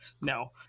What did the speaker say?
No